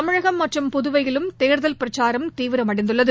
தமிழகம் மற்றும் புதுவையிலும் தோதல் பிரச்சாரம் தீவிரமடைந்துள்ளது